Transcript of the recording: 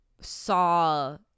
saw